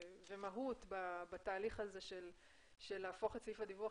ומהות בתהליך של להפוך את סעיף הדיווח